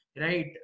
right